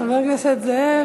חבר הכנסת זאב.